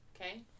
Okay